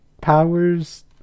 powers